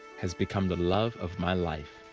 has become the love of my life.